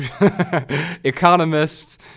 economists